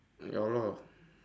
ya lah